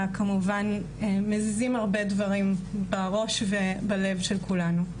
כמובן מזיזים הרבה דברים בראש ובלב של כולנו,